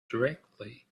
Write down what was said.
directly